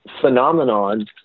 phenomenon